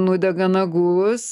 nudega nagus